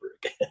again